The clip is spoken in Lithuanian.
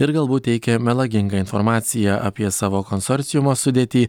ir galbūt teikė melagingą informaciją apie savo konsorciumo sudėtį